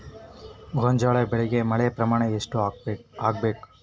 ಗೋಂಜಾಳ ಬೆಳಿಗೆ ಮಳೆ ಪ್ರಮಾಣ ಎಷ್ಟ್ ಆಗ್ಬೇಕ?